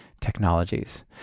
technologies